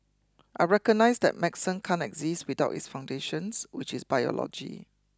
I recognise that medicine can't exist without its foundations which is biology